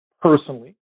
personally